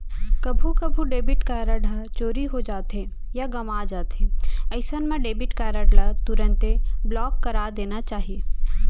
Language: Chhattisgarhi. कभू कभू डेबिट कारड ह चोरी हो जाथे या गवॉं जाथे अइसन मन डेबिट कारड ल तुरते ब्लॉक करा देना चाही